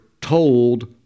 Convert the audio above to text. told